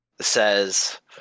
says